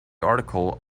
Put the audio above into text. article